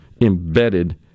embedded